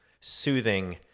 soothing